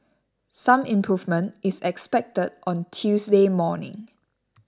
some improvement is expected on Tuesday morning